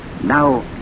Now